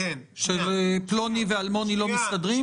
שפלוני ואלמוני לא מסתדרים?